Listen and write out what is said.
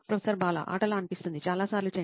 professor Bala ఆటలా అనిపిస్తుంది చాలాసార్లు చేయండి